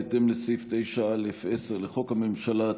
בהתאם לסעיף 9(א)(10) לחוק הממשלה,